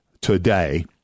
today